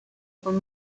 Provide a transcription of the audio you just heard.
con